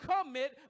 commit